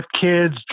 kids